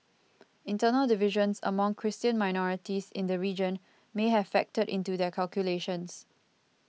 internal divisions among Christian minorities in the region may have factored into their calculations